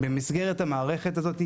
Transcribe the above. במסגרת המערכת הזאת,